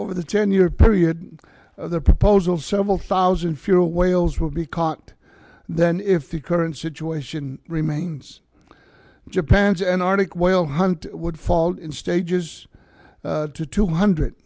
over the ten year period the proposal several thousand fuel whales would be caught then if the current situation remains japan's antarctic whale hunt would fall in stages to two hundred